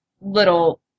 little